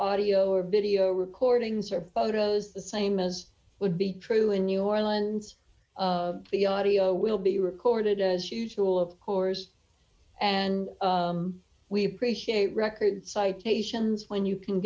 audio or video recordings or photos the same as would be true in new orleans the audio will be recorded as usual of course and we appreciate record citations when you can